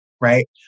right